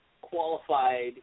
qualified